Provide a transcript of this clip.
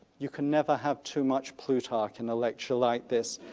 you can never have too much plutarch in a lecture like this,